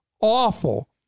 awful